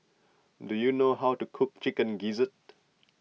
do you know how to cook Chicken Gizzard